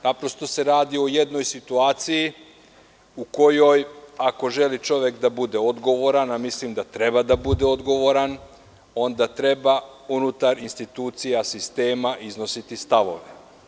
Naprosto se radi o jednoj situaciji u kojoj, ako čovek želi da bude odgovoran, a mislim da treba da bude odgovoran, onda treba unutar institucija sistema iznositi stavove.